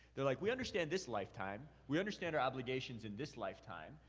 they're like, we understand this lifetime. we understand our obligations in this lifetime,